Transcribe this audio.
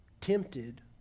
tempted